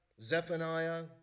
Zephaniah